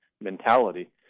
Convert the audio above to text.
mentality